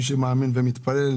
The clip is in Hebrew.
מי שמאמין ומתפלל,